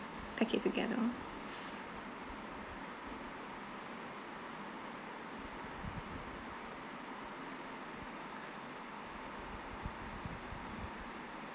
pack it together